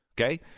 Okay